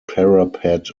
parapet